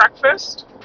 breakfast